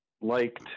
liked